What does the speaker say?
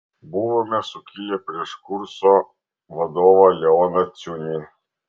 buvome sukilę prieš kurso vadovą leoną ciunį